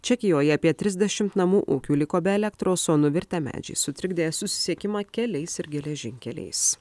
čekijoje apie trisdešimt namų ūkių liko be elektros o nuvirtę medžiai sutrikdė susisiekimą keliais ir geležinkeliais